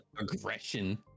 aggression